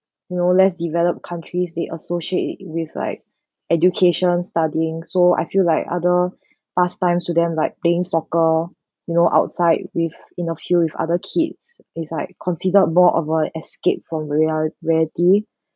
you know less developed countries they associate it with like education studying so I feel like other pastimes to them like playing soccer you know outside with in the field with other kids it's like considered a more of a escape from reality